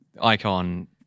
icon